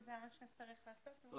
אם זה מה שצריך לעשות, כן.